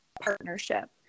partnership